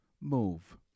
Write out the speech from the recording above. move